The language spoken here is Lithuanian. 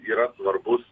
yra svarbus